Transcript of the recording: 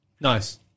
Nice